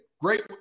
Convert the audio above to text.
Great